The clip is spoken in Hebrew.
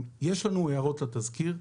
יש לנו הערות לתזכיר.